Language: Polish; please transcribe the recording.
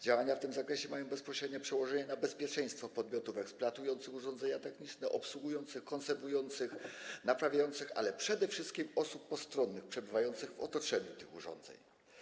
Działania w tym zakresie mają bezpośrednie przełożenie na bezpieczeństwo podmiotów eksploatujących urządzenia techniczne, obsługujących, konserwujących, naprawiających, ale przede wszystkim osób postronnych przebywających w otoczeniu tych urządzeń.